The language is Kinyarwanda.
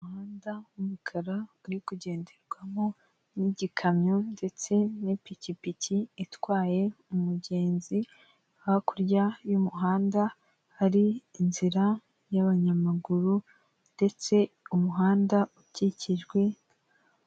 Umuhanda wumukara uri kugenderwamo n'igikamyo ndetse n'ipikipiki itwaye umugenzi, hakurya y'umuhanda hari inzira y'abanyamaguru, ndetse umuhanda ukikijwe...